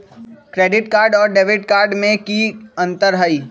Credit card और debit card में की अंतर हई?